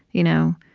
you know?